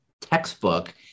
textbook